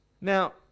now